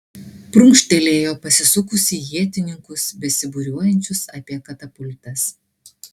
prunkštelėjo pasisukusi į ietininkus besibūriuojančius apie katapultas